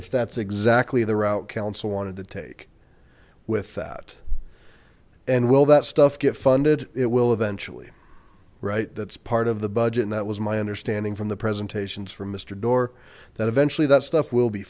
if that's exactly the route council wanted to take with that and will that stuff get funded it will eventually right that's part of the budget and that was my understanding from the presentations from mr doar that eventually that stuff will be